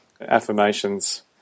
affirmations